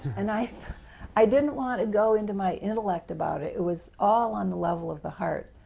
and i i didn't want to go into my intellect about it it was all on the level of the heart,